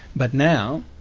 but now,